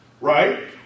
right